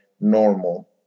normal